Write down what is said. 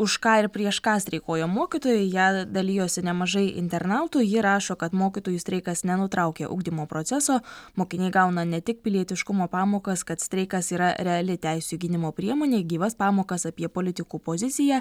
už ką ir prieš ką streikuoja mokytojai ja dalijosi nemažai internautų ji rašo kad mokytojų streikas nenutraukia ugdymo proceso mokiniai gauna ne tik pilietiškumo pamokas kad streikas yra reali teisių gynimo priemonė gyvas pamokas apie politikų poziciją